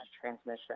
transmission